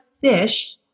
fish